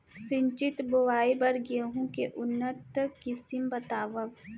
सिंचित बोआई बर गेहूँ के उन्नत किसिम बतावव?